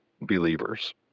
believers